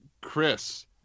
chris